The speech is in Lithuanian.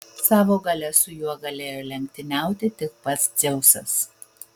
savo galia su juo galėjo lenktyniauti tik pats dzeusas